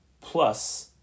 plus